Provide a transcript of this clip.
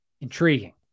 intriguing